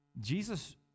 Jesus